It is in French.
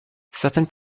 certaines